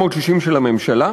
הממשלה: